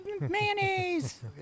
Mayonnaise